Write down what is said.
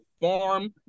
farm